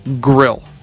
grill